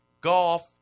golf